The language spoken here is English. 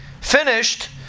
finished